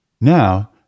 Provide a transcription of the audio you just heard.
Now